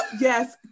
yes